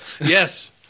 Yes